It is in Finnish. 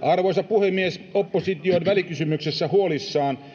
Arvoisa puhemies! Oppositio on välikysymyksessä huolissaan,